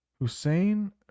Hussein